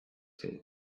said